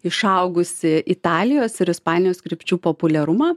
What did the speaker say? išaugusį italijos ir ispanijos krypčių populiarumą